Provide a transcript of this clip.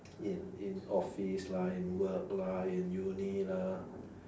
in in office lah in work lah in uni lah